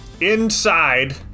Inside